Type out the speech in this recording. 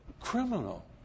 criminal